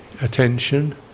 attention